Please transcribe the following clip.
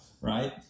right